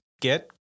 get